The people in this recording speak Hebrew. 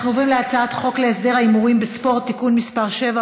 אנחנו עוברים להצעת חוק להסדר ההימורים בספורט (תיקון מס' 7,